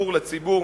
שכזכור לציבור,